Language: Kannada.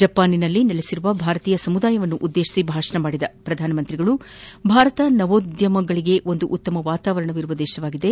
ಜಪಾನಿನಲ್ಲಿ ನೆಲೆಸಿರುವ ಭಾರತೀಯ ಸಮುದಾಯವನ್ನು ಉದ್ದೇಶಿಸಿ ಭಾಷಣ ಮಾಡಿದ ಪ್ರಧಾನಿ ಭಾರತ ನವೋದ್ಯಮಗಳಿಗೆ ಒಂದು ಉತ್ತಮ ವಾತಾವರಣವಿರುವ ರಾಷ್ಟವಾಗಿದೆ